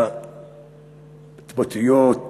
בהתבטאויות